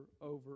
over